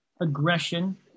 aggression